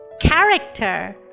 character